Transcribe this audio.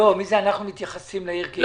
מי זה אנחנו מתייחסים לעיר טבריה כאל עיר תיירותית?